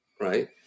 Right